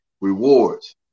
rewards